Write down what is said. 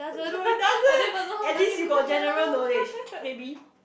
no it doesn't at least you got general knowledge maybe